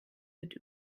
wird